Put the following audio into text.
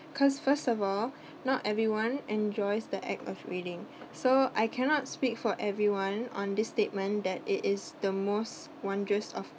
because first of all not everyone enjoys the act of reading so I cannot speak for everyone on this statement that it is the most wondrous of